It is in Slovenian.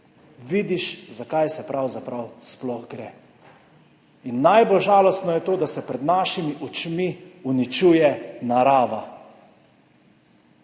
vidiš, za kaj pravzaprav sploh gre. Najbolj žalostno je to, da se pred našimi očmi uničuje narava.